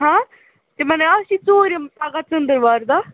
ہاں تِمَن ہَے اَز چھُ ژوٗرِم پگاہ ژٔنٛدٕر وارِ دۄہ